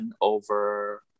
over